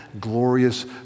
glorious